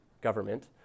government